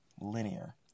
linear